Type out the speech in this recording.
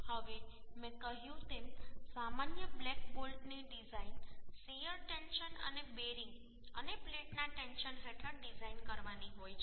હવે મેં કહ્યું તેમ સામાન્ય બ્લેક બોલ્ટની ડિઝાઇન શીયર ટેન્શન અને બેરિંગ અને પ્લેટના ટેન્શન હેઠળ ડિઝાઇન કરવાની હોય છે